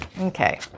Okay